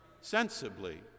sensibly